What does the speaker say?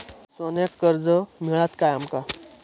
सोन्याक कर्ज मिळात काय आमका?